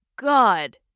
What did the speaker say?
God